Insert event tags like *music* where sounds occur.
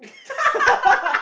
*laughs*